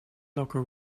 locker